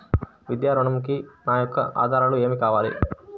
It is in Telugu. విద్యా ఋణంకి నా యొక్క ఆధారాలు ఏమి కావాలి?